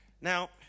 Now